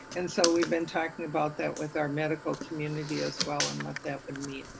and so we've been talking about that with our medical community as well and what that would mean.